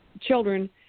children